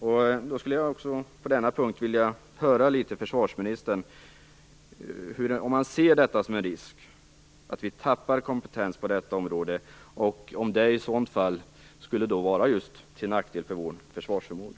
Jag skulle vilja höra om försvarsministern ser detta som en risk att vi tappar kompetens på detta område, och om det i så fall skulle vara till nackdel för vår försvarsförmåga.